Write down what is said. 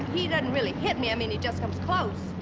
he doesn't really hit me. i mean he just comes close!